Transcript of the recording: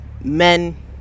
men